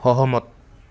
সহমত